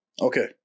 okay